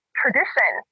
tradition